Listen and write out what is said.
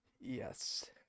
Yes